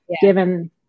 given